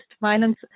violence